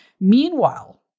Meanwhile